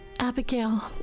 Abigail